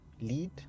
lead